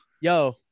Yo